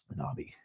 nobby,